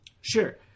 Sure